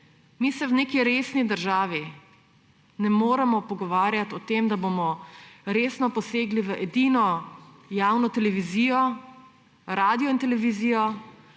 Mi se v neki resni državi ne moremo pogovarjati o tem, da bomo resno posegli v edino javno televizijo, radio in televizijo,